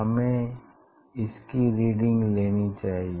हमें इसकी रीडिंग लेनी चाहिए